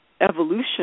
evolution